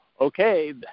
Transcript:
okay